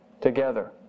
together